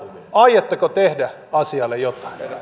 aiotteko tehdä asialle jotain